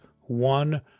one